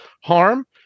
harm